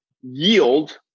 yield